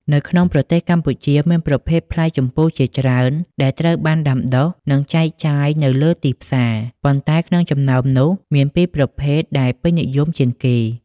នៅក្នុងប្រទេសកម្ពុជាមានប្រភេទផ្លែជម្ពូជាច្រើនដែលត្រូវបានដាំដុះ និងចែកចាយនៅលើទីផ្សារ ប៉ុន្តែក្នុងចំណោមនោះមានពីរប្រភេទដែលពេញនិយមជាងគេ។